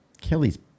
Kelly's